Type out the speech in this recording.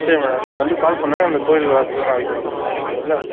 சரி மேடம் நீங்கள் வந்து கால் பண்ணுங்க அந்த கோயில் வாசலில் நான் வெயிட் பண்றேன் சரிங்களா